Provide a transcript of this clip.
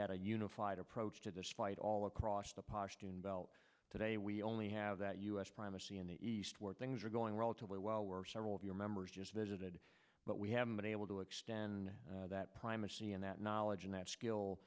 had a unified approach to this fight all across the pashtoon belt today we only have that u s primacy in the east where things are going relatively well where several of your members just visited but we haven't been able to extend that primacy and that knowledge and that skill